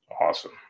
Awesome